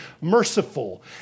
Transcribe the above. merciful